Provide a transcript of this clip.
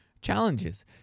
challenges